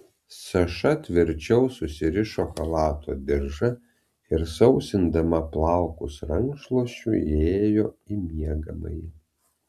saša tvirčiau susirišo chalato diržą ir sausindama plaukus rankšluosčiu įėjo į miegamąjį